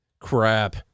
Crap